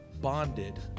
bonded